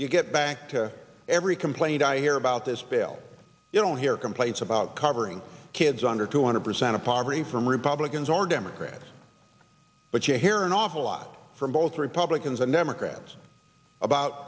you get back to every complaint i hear about this bill you don't hear complaints about covering kids under two hundred percent of poverty from republicans or democrats but you hear an awful lot from both republicans and democrats about